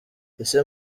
ese